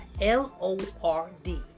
L-O-R-D